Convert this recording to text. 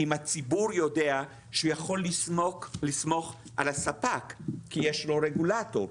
אם הציבור יודע שהוא יכול לסמוך על הספק כי יש לו רגולטור.